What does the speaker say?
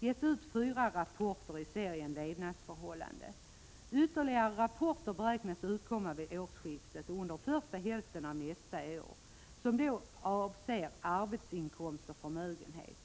gett ut fyra rapporter i serien Levnadsförhållanden. Ytterligare rapporter beräknas utkomma vid årsskiftet och under första hälften av nästa år, och de handlar om arbetsinkomster och förmögenhet.